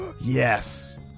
Yes